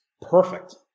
perfect